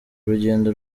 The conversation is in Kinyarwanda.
rugendo